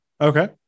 Okay